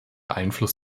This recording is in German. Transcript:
einfluss